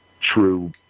true